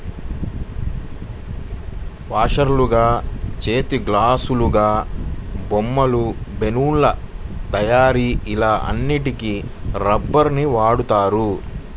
వాషర్లుగా, చేతిగ్లాసులాగా, బొమ్మలు, బెలూన్ల తయారీ ఇలా అన్నిటికి రబ్బరుని వాడుతారు